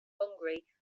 hungary